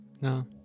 no